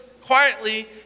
quietly